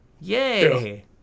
Yay